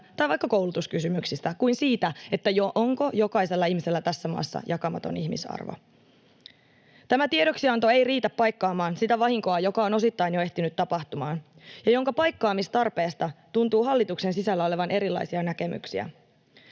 tai vaikka koulutuskysymyksistä kuin siitä, onko jokaisella ihmisellä tässä maassa jakamaton ihmisarvo. Tämä tiedoksianto ei riitä paikkaamaan sitä vahinkoa, joka on osittain jo ehtinyt tapahtumaan ja jonka paikkaamistarpeesta tuntuu hallituksen sisällä olevan erilaisia näkemyksiä.